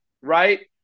right